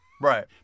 Right